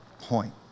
point